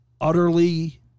utterly